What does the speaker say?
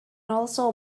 also